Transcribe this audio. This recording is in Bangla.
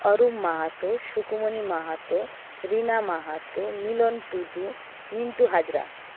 অরূপ মাহাতো সুকুমনি মাহাতো রীনা মাহাতো মিলন টুডু মিন্টু হাজরা